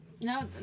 no